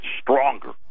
stronger